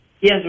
Yes